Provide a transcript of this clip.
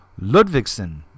Ludvigsen